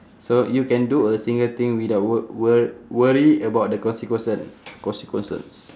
so you can do a single thing without wo~ wor~ worry about the consequence~ consequences